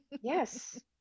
Yes